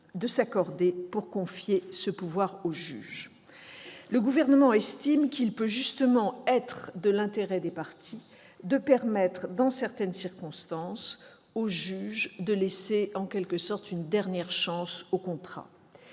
de s'accorder pour confier ce pouvoir au juge. Le Gouvernement estime qu'il peut justement être de l'intérêt des parties de permettre au juge, dans certaines circonstances, de « laisser une dernière chance » au contrat.